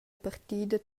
partida